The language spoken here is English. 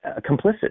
complicit